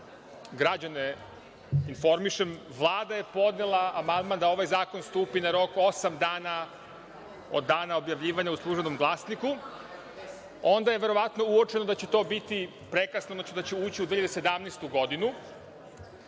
građane informišem, Vlada je podnela amandman da ovaj zakon stupi na snagu osam dana od dana objavljivanja u „Službenom glasniku“, a onda je verovatno uočeno da će to biti prekasno, da će ući u 2017. godinu,